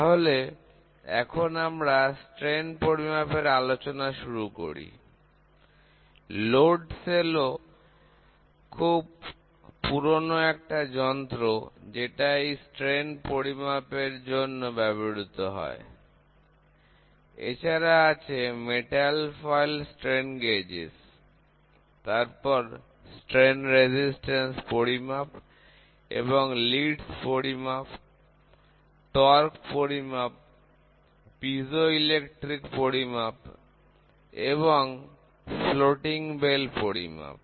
তাহলে এখন আমরা বিকৃতি পরিমাপের আলোচনা শুরু করি লোড সেল ও খুব পুরনো একটা যন্ত্র যেটা এই বিকৃতি পরিমাপের জন্য ব্যবহৃত হয় এছাড়া আছে মেটাল ফয়েল স্ট্রেন গেজ তারপর বিকৃতি প্রতিরোধক পরিমাপ এবং প্রধান তারের পরিমাপ টর্ক পরিমাপ পাইজোইলেক্ট্রিক পরিমাপ এবং ফ্লোটিং বেল পরিমাপ